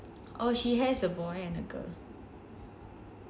oh she has a boy and a girl